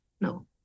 No